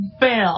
Bill